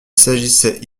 s’agissait